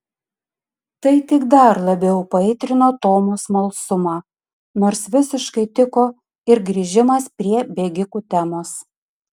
tai tik dar labiau paaitrino tomo smalsumą nors visiškai tiko ir grįžimas prie bėgikų temos